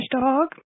dog